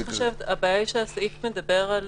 אני לא חושבת, כי הבעיה שהסעיף מדבר על